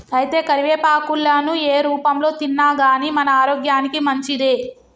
అయితే కరివేపాకులను ఏ రూపంలో తిన్నాగానీ మన ఆరోగ్యానికి మంచిదే